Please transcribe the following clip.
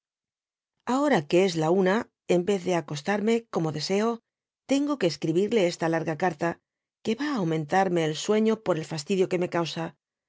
ahora que es la una en vez de acostarme como deseo tengo que escribirle esta larga carta que va á aumentarme el sueño por el fastidio que me causa